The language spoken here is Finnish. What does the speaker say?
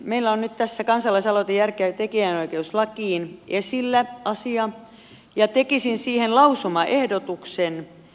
meillä on nyt tässä kansalaisaloite järkeä tekijänoikeuslakiin esillä asiana ja tekisin siihen lausumaehdotuksen